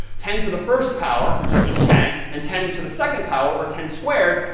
ten to the first power, which is just ten, and ten to the second power, or ten squared,